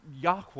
Yahweh